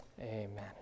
Amen